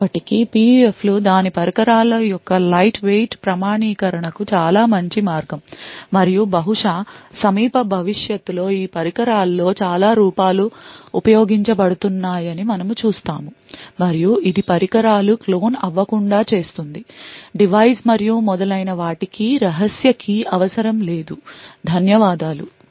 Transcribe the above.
అయినప్పటికీ PUF లు దాని పరికరాల యొక్క లైట్ వెయిట్ ప్రామాణీకరణకు చాలా మంచి మార్గం మరియు బహుశా సమీప భవిష్యత్తులో ఈ పరికరాల్లో చాలా రూపాలు ఉపయోగించబడుతున్నాయని మనము చూస్తాము మరియు ఇది పరికరాలు క్లోన్ అవ్వకుండా చూస్తుంది డివైస్ మరియు మొదలైనవాటి కీ రహస్య key అవసరం లేదు ధన్యవాదాలు